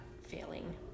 failing